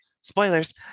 spoilers